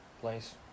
place